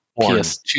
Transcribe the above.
PS2